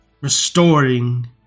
restoring